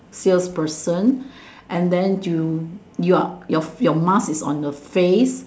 sales person and then you you're you're your mask is on the face